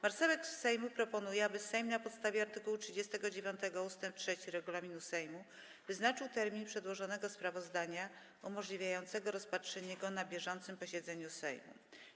Marszałek Sejmu proponuje, aby Sejm na podstawie art. 39 ust. 3 regulaminu Sejmu wyznaczył termin przedłożenia sprawozdania umożliwiający rozpatrzenie go na bieżącym posiedzeniu Sejmu.